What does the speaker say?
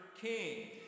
king